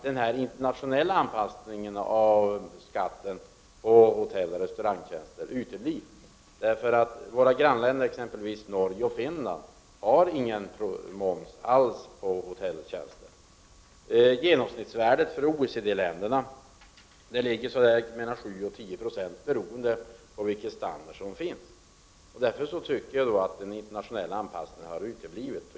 Den internationella anpassningen av skatten på hotelloch restaurangtjänster uteblir dock, eftersom våra grannländer, exempelvis Norge och Finland, inte har någon moms på hotelltjänster. Genomsnittsvärdet för OECD-länderna ligger mellan 7 och 10 26, beroende på standarden. Därför tycker jag att den internationella anpassningen har uteblivit.